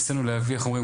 ניסינו להביא איך אומרים,